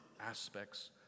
aspects